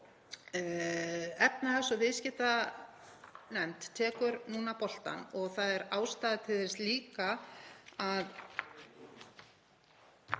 Efnahags- og viðskiptanefnd tekur núna boltann og það er ástæða til þess líka að